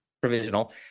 provisional